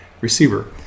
receiver